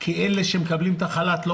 כי אלה שמקבלים את החל"ת לא